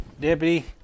Deputy